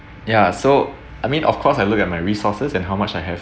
ya so I mean of course I look at my resources and how much I have